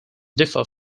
differ